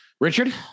Richard